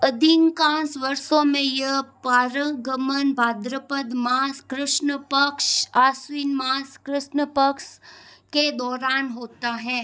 अधिकांश वर्षों में यह पार गमन भाद्रपद मास कृष्ण पक्ष आश्विन मास कृष्ण पक्ष के दौरान होता है